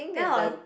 then I was